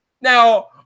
Now